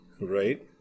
Right